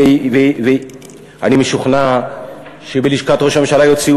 אני משוכנע שבלשכת ראש הממשלה יוציאו